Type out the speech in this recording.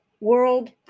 world